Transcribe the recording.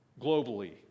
globally